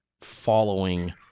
following